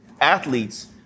athletes